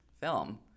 film